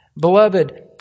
Beloved